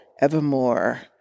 evermore